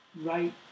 right